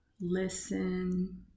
listen